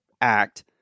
act